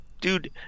dude